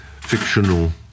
fictional